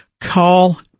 call